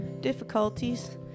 difficulties